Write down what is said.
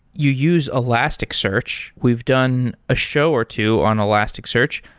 you use elasticsearch. we've done a show or two on elasticsearch.